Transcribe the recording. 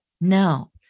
No